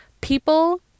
People